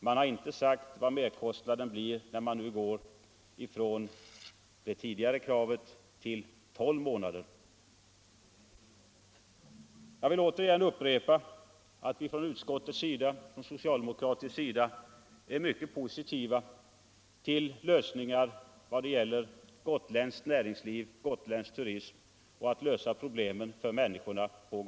Man har inte sagt vad merkostnaden blir när man nu går från det tidigare kravet på sex månader till tolv månader. Jag vill upprepa att socialdemokraterna i utskottet ställer sig mycket positiva till att försöka lösa problemen för människorna på Gotland genom åtgärder som främjar näringslivet och turismen där.